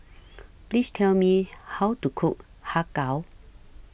Please Tell Me How to Cook Har Kow